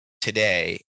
today